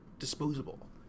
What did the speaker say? disposable